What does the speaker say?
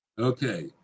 Okay